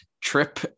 trip